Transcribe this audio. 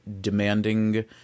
demanding